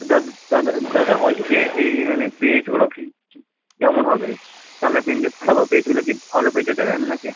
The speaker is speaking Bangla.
দাদা দাদা বলছি যে এই মানে পেজগুলো কি কেমন হবে কালার প্রিন্ট যে করাবো পেজগুলো কি ভালো পেজে দেবেন নাকি